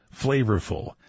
flavorful